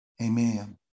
Amen